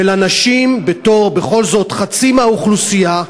ולנשים בתור חצי מהאוכלוסייה,